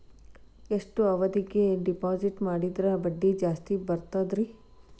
ಎಷ್ಟು ಅವಧಿಗೆ ಡಿಪಾಜಿಟ್ ಮಾಡಿದ್ರ ಬಡ್ಡಿ ಜಾಸ್ತಿ ಬರ್ತದ್ರಿ?